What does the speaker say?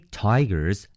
tigers